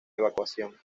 evacuación